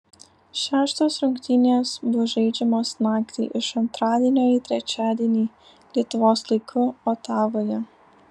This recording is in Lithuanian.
šeštos rungtynės bus žaidžiamos naktį iš antradienio į trečiadienį lietuvos laiku otavoje